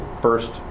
First